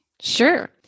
Sure